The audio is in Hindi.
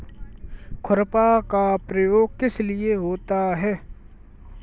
खुरपा का प्रयोग किस लिए होता है?